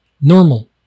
Normal